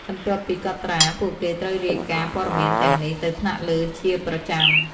បន្ទាប់ពីការកត់ត្រា ពួកគេត្រូវរាយការណ៍ព័ត៌មានទាំងនេះទៅថ្នាក់លើជាប្រចាំ។